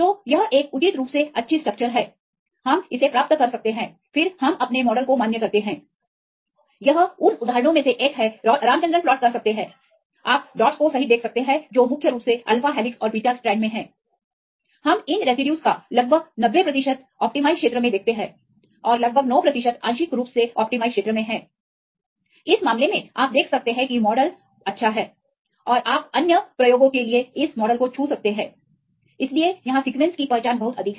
तो यह एक उचित रूप से अच्छी स्ट्रक्चर है हम इसे प्राप्त कर सकते हैं फिर हम अपने मॉडल को मान्य करते हैं यह उन उदाहरणों में से एक है रामचंद्रन प्लॉटकर सकते हैं आप डॉट्स को सही देख सकते हैं जो मुख्य रूप से अल्फा हेलिक्स और बीटा स्ट्रैंड में हैं हम इन रेसिड्यूज का लगभग 90 प्रतिशत अनुमत क्षेत्र पर देखते हैं और लगभग नौ प्रतिशत आंशिक रूप से अनुमत क्षेत्र में हैं इस मामले में आप देख सकते हैं कि मॉडल यथोचित रूप से अच्छा है और आप अन्य अनुप्रयोगों के लिए इस मॉडल को छू सकते हैं इसलिए यहां सीक्वेंस की पहचान बहुत अधिक है